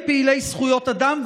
בפעילי זכויות אדם,